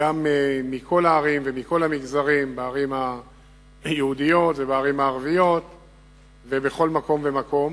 מכל הערים ומכל המגזרים בערים היהודיות ובערים הערביות ובכל מקום ומקום.